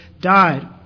died